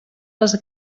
les